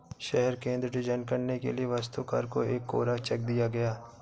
शहर केंद्र डिजाइन करने के लिए वास्तुकार को एक कोरा चेक दिया गया